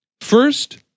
First